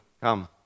come